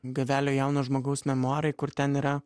gavelio jauno žmogaus memuarai kur ten yra